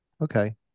okay